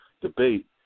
debate